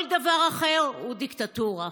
כל דבר אחר הוא דיקטטורה.